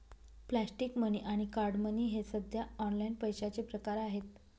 plastic money आणि card money हे सध्या ऑनलाइन पैशाचे प्रकार आहेत